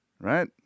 right